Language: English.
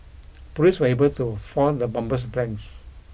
police were able to foil the bomber's plans